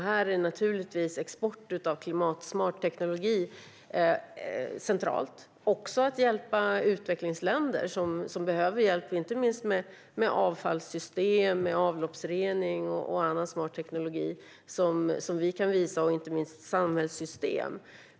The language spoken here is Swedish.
Här är naturligtvis export av klimatsmart teknologi centralt, liksom att hjälpa utvecklingsländer som behöver hjälp inte minst med avfallssystem, avloppsrening och annan smart teknologi som vi kan visa. Detta gäller även samhällssystem.